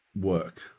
work